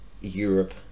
Europe